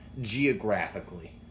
Geographically